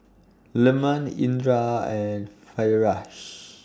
Leman Indra and Firash